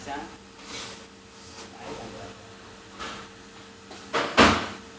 mobile banking मधना राहूलका काढल्यार तो लाभार्थींच्या स्किमचो फायदो घेऊ शकना नाय